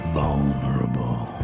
vulnerable